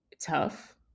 tough